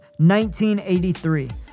1983